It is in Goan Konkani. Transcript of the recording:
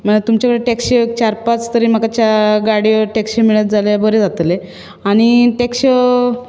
म्हळ्यार तुमचे कडेन टॅक्शों चार पांच तरी म्हाका चार गाडयो टॅक्सी मेळत जाल्यार बरें जातले आनी टॅक्शो